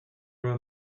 were